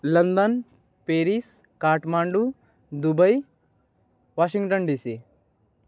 London Paris Kathmandu Dubai Washington DC